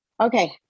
okay